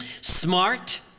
Smart